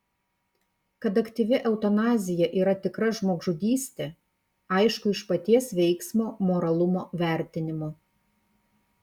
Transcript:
kad aktyvi eutanazija yra tikra žmogžudystė aišku iš paties veiksmo moralumo vertinimo